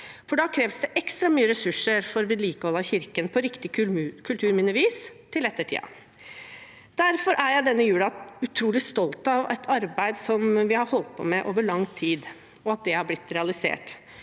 Da kreves det ekstra mye ressurser for å vedlikeholde kirken på riktig kulturminnevis for ettertiden. Denne julen er jeg derfor utrolig stolt av et arbeid som vi har holdt på med over lang tid, og av at det har blitt realisert,